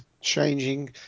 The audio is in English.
Changing